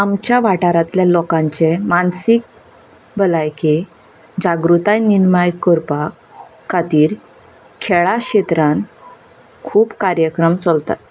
आमच्या वाठारांतल्या लोकांचें मानसीक भलायकी जागृताय निर्माण करपाक खातीर खेळा क्षेत्रान खूब कार्यक्रम चलतात